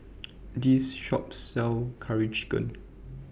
This Shop sells Curry Chicken